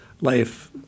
life